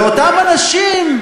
ואותם אנשים,